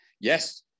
Yes